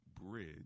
bridge